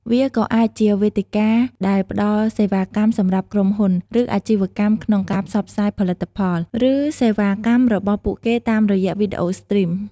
វាក៏អាចជាវេទិកាដែលផ្ដល់សេវាកម្មសម្រាប់ក្រុមហ៊ុន ឬអាជីវកម្មក្នុងការផ្សព្វផ្សាយផលិតផល ឬសេវាកម្មរបស់ពួកគេតាមរយៈវីដេអូស្ទ្រីម។